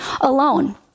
alone